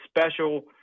special